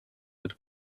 had